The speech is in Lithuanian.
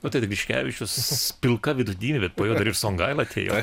nu tai griškevičius pilka vidutinybė dar ir songaila atėjo